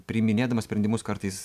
priiminėdamas sprendimus kartais